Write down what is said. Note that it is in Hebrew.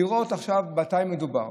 לראות עכשיו מתי מדובר,